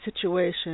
situation